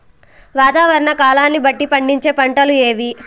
వాతావరణ కాలాన్ని బట్టి పండించే పంటలు ఏవి?